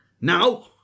now